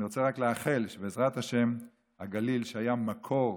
אני רוצה רק לאחל שבעזרת השם, הגליל, שהיה מקור,